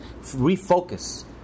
refocus